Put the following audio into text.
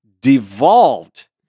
devolved